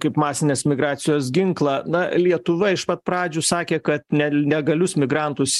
kaip masinės migracijos ginklą na lietuva iš pat pradžių sakė kad nelegalius migrantus